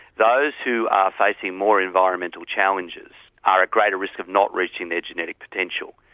those who are facing more environmental challenges are at greater risk of not reaching their genetic potential.